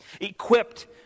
equipped